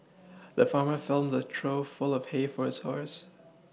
the farmer filled a trough full of hay for his horse